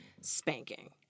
spanking